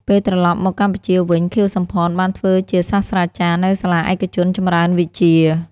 ពេលត្រឡប់មកកម្ពុជាវិញ ខៀវ សំផន បានធ្វើជាសាស្រ្តាចារ្យនៅសាលាឯកជនចម្រើនវិជ្ជា។